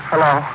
Hello